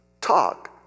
talk